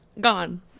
gone